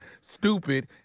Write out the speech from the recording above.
Stupid